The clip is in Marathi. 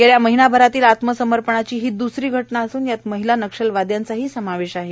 गेल्या महिनाभरातील आत्मसमर्पणाची ही दुसरी घटना असूब यात महिला नक्षलवाद्यांचाठी समावेश आहे